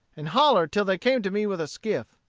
and hollered till they came to me with a skiff.